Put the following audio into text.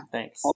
Thanks